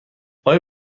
آیا